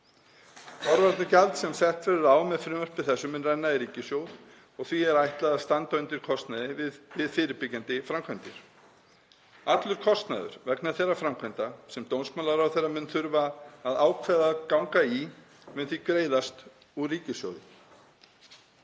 Forvarnagjald sem sett verður á með frumvarpi þessu mun renna í ríkissjóð og því er ætlað að standa undir kostnaði við fyrirbyggjandi framkvæmdir. Allur kostnaður vegna þeirra framkvæmda sem dómsmálaráðherra mun þurfa að ákveða að ganga í mun því greiðast úr ríkissjóði.